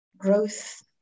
growth